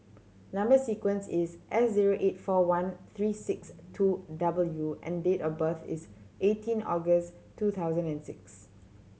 number sequence is S zero eight four one three six two W and date of birth is eighteen August two thousand and six